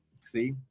See